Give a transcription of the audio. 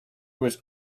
was